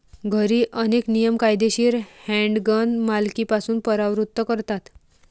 घरी, अनेक नियम कायदेशीर हँडगन मालकीपासून परावृत्त करतात